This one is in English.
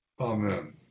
amen